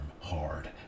hard